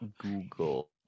Google